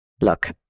Look